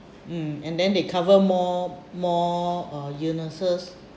mm and then they cover more more uh illnesses